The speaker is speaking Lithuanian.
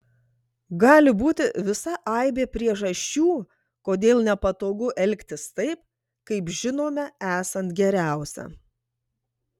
gali būti visa aibė priežasčių kodėl nepatogu elgtis taip kaip žinome esant geriausia